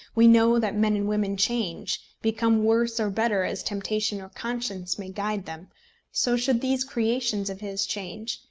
we know that men and women change become worse or better as temptation or conscience may guide them so should these creations of his change,